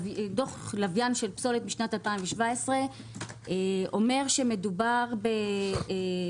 דוח לווין של פסולת משנת 2017 - אומר שמדובר בפוטנציאל